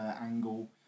angle